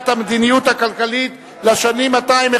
הצעת חוק המדיניות הכלכלית לשנים 2011